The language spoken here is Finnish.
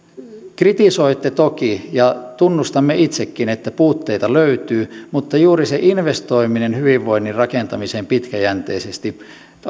kritisoitte toki ja tunnustamme itsekin että puutteita löytyy mutta juuri se investoiminen hyvinvoinnin rakentamiseen pitkäjänteisesti